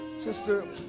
Sister